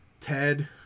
Ted